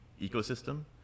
ecosystem